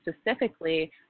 specifically